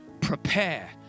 prepare